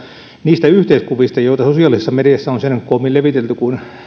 niistä yhteiskuvista joita sosiaalisessa mediassa on sen koommin levitelty kun